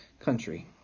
country